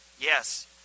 Yes